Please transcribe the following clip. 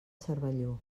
cervelló